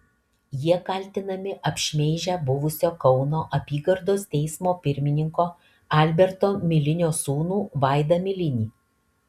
jie kaltinami apšmeižę buvusio kauno apygardos teismo pirmininko alberto milinio sūnų vaidą milinį